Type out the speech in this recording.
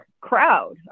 crowd